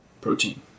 Protein